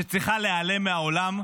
שצריכה להיעלם מהעולם.